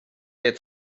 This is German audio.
der